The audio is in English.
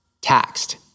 taxed